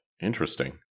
Interesting